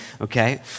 okay